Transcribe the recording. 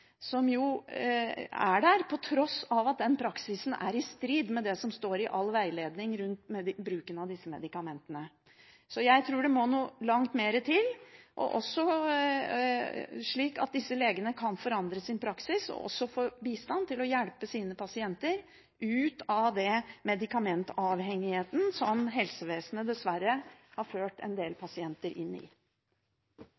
er der på tross av at den er i strid med det som står i all veiledning om bruken av disse medikamentene. Jeg tror det må noe langt mer til, slik at disse legene kan forandre sin praksis og også får bistand til å hjelpe sine pasienter ut av den medikamentavhengigheten som helsevesenet dessverre har ført en del